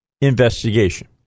investigation